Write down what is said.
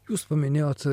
jūs paminėjot